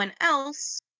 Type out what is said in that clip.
else